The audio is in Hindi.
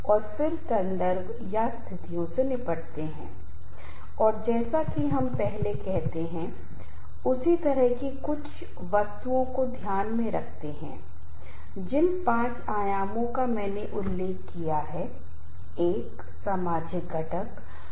और उसकी शिफ्ट 2 बजे समाप्त हो जाएगी और फिर 8 घंटे के बाद उसे ड्यूटी के लिए बुलाया जाएगा अर्थात यदि उसकी शिफ्ट 2 बजे समाप्त हो जाती है तो फिर से उसे रात 10 बजे ड्यूटी के लिए बुलाया जाएगा इसलिए यदि वह इस प्रकार अनियमित बदलाव तब होता है जब यह जैविक घड़ी के विरूपण की ओर जाता है और यह शारीरिक तनाव का कारण बनता है